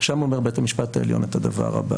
שם אומר בית המשפט העליון את הדבר הבא.